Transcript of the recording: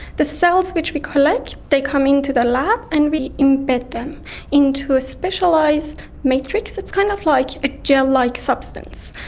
the cells which we collect, they come into the lab and we embed them into a specialised matrix that's kind of like a gel-like substance,